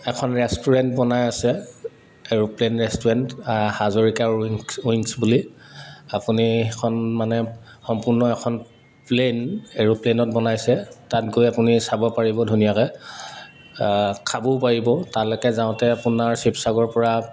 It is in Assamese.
এখন ৰেষ্টুৰেণ্ট বনাই আছে এৰোপ্লেন ৰেষ্টুৰেণ্ট হাজৰিকাৰ উইংচ উইংছ বুলি আপুনি সেইখন মানে সম্পূৰ্ণ এখন প্লেন এৰোপ্লেনত বনাইছে তাত গৈ আপুনি চাব পাৰিব ধুনীয়াকৈ খাবও পাৰিব তালৈকে যাওঁতে আপোনাৰ শিৱসাগৰৰ পৰা